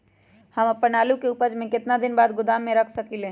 हम अपन आलू के ऊपज के केतना दिन बाद गोदाम में रख सकींले?